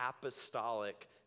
apostolic